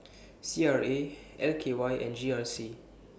C R A L K Y and G R C